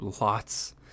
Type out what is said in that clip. lots